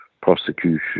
prosecution